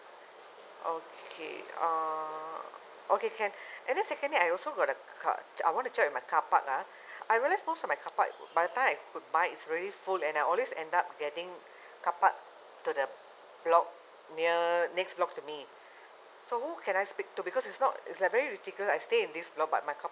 okay uh okay can and then secondly I also got a car I want to check with my car park ah I realised most of my car park by the time I could buy it's really full and I always end up getting car park to the block near next block to me so who can I speak to because it's not it's like very ridiculous I stay in this block but my car